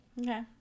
okay